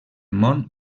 món